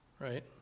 right